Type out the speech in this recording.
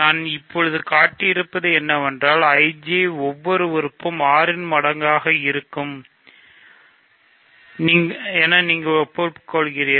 நான் இப்போது காட்டியிருப்பது என்னவென்றால் IJயின் ஒவ்வொரு உறுப்பு 6 இன் பெருக்கமாகும் நீங்கள் ஒப்புக்கொள்கிறீர்கள்